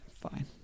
fine